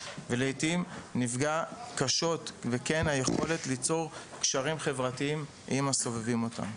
ולעיתים נפגע קשות וכן היכולת ליצור קשרים חברתיים עם הסובבים אותם.